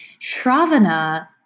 Shravana